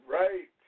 right